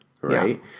right